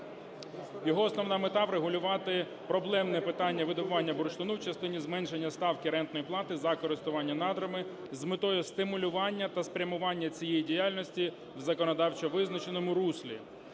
Його основна мета – врегулювати проблемне питання видобування бурштину в частині зменшення ставки рентної плати за користування надрами з метою стимулювання та спрямування цієї діяльності в законодавчо визначеному руслі.